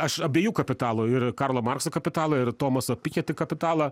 aš abiejų kapitalą ir karlo markso kapitalą ir tomaso piketi kapitalą